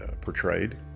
portrayed